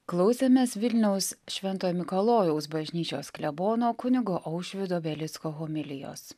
klausėmės vilniaus šv mikalojaus bažnyčios klebono kunigo aušvydo belicko homilijos